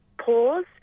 pause